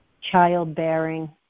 childbearing